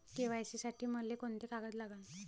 KYC साठी मले कोंते कागद लागन?